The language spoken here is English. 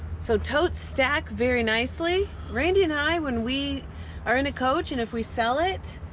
so. totes stack very nicely. randy and i when we are in a coach and if we sell it,